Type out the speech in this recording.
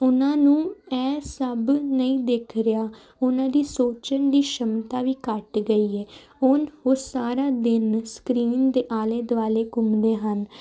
ਉਨਾਂ ਨੂੰ ਐਹ ਸਭ ਨਹੀਂ ਦਿਖ ਰਿਹਾ ਉਹਨਾਂ ਦੀ ਸੋਚਣ ਦੀ ਸ਼ਮਤਾ ਵੀ ਘੱਟ ਗਈ ਹੈ ਹੁਣ ਉਹ ਸਾਰਾ ਦਿਨ ਸਕਰੀਨ ਦੇ ਆਲੇ ਦੁਆਲੇ ਘੁੰਮਦੇ ਹਨ